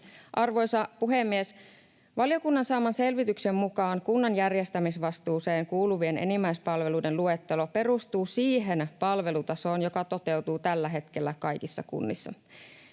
Arvoisa puhemies! Valiokunnan saaman selvityksen mukaan kunnan järjestämisvastuuseen kuuluvien enimmäispalveluiden luettelo perustuu siihen palvelutasoon, joka toteutuu tällä hetkellä kaikissa kunnissa.